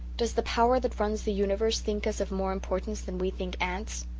does the power that runs the universe think us of more importance than we think ants?